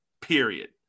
period